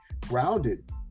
grounded